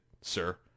sir